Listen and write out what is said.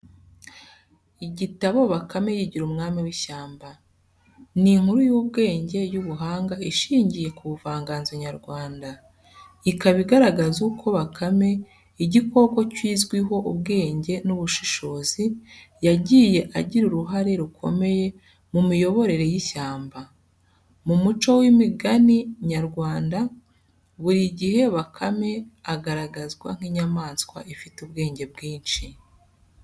Igitabo “Bakame yigira Umwami w’Ishyamba.” Ni inkuru y’ubwenge n’ubuhanga ishingiye ku buvanganzo nyarwanda, ikaba igaragaza uko bakame, igikoko kizwiho ubwenge n’ubushishozi, yagiye agira uruhare rukomeye mu miyoborere y’ishyamba. Mu muco w'imigani nyarwanda buri gihe bakame agaragazwa nk'inyamanswa ifite ubwenge bwinshi.